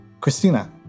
Christina